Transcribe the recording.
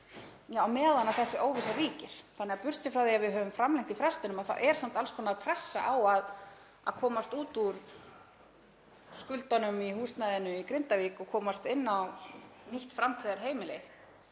á meðan þessi óvissa ríkir. Þannig að burt séð frá því að við höfum framlengt frestinn þá er samt alls konar pressa á að komast út úr skuldunum í húsnæðinu í Grindavík og komast inn á nýtt framtíðarheimili.